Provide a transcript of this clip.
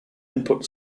input